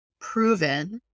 proven